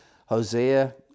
Hosea